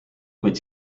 kuid